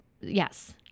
Yes